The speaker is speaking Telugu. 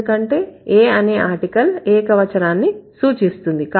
ఎందుకంటే a అనే ఆర్టికల్ ఏకవచనం సూచిస్తుంది